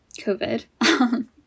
COVID